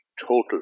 total